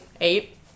Eight